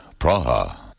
Praha